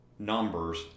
numbers